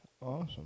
awesome